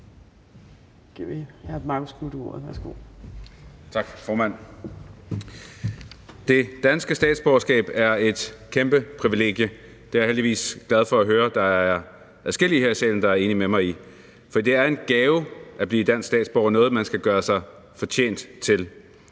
Det danske statsborgerskab er et kæmpe privilegie. Det er jeg heldigvis glad for at høre at der er adskillige her i salen der er enige med mig i. For det er en gave at blive dansk statsborger og noget, man skal gøre sig fortjent til.